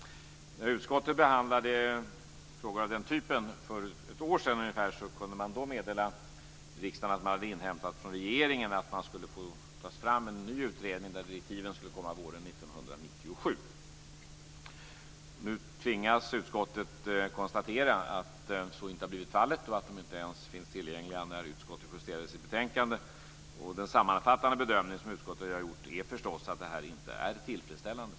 När utskottet behandlade frågor av den typen för ungefär ett år sedan kunde man då meddela riksdagen att man hade inhämtat från regeringen att det skulle tas fram en ny utredning, och att direktiven skulle komma under våren 1997. Nu tvingas utskottet konstatera att så inte har blivit fallet, och att direktiven inte ens fanns tillgängliga när utskottet justerade sitt betänkande. Den sammanfattande bedömning som utskottet har gjort är förstås att detta inte är tillfredsställande.